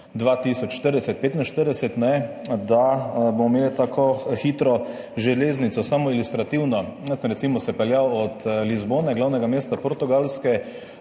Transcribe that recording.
2045, da bomo imeli tako hitro železnico. Samo ilustrativno, jaz sem se recimo peljal od Lizbone, glavnega mesta Portugalske,